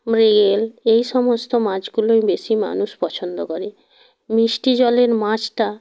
মৃগেল এই সমস্ত মাছগুলোই বেশি মানুষ পছন্দ করে মিষ্টি জলের মাছটা